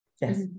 Yes